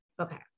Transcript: Okay